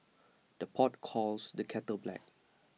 the pot calls the kettle black